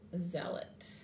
zealot